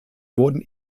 wurden